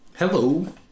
Hello